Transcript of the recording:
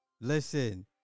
listen